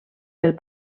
pel